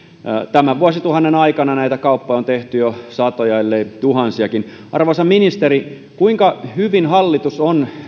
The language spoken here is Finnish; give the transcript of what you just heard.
tämän vuosituhannen aikana näitä kauppoja on tehty jo satoja ellei tuhansiakin arvoisa ministeri kuinka hyvin hallitus on